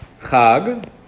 Chag